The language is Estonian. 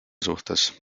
suhtes